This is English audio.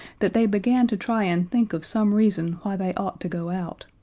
that they began to try and think of some reason why they ought to go out.